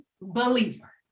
believer